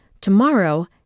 tomorrow